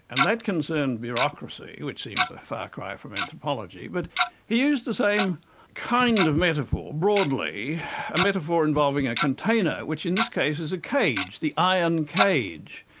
and that concerns bureaucracy, which seems a far cry from anthropology, but is the same kind of metaphor broadly a metaphor involving a container, which in this case is a cage, the iron cage.